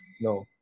no